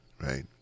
right